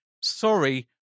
sorry